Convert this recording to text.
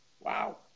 Wow